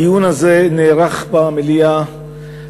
הדיון הזה נערך במליאה,